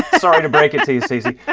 sorry to break it to you, stacey